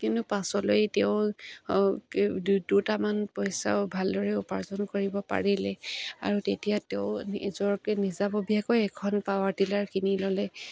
কিন্তু পাছলৈ তেওঁ দুটামান পইচাও ভালদৰে উপাৰ্জন কৰিব পাৰিলে আৰু তেতিয়া তেওঁ নিজৰকে নিজাববীয়াকৈ এখন পাৱাৰ টিলাৰ কিনি ল'লে